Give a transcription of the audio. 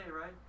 right